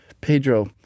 Pedro